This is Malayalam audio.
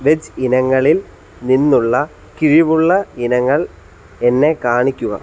വെജ് ഇനങ്ങളിൽ നിന്നുള്ള കിഴിവുള്ള ഇനങ്ങൾ എന്നെ കാണിക്കുക